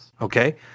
okay